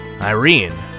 Irene